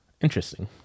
Interesting